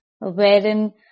wherein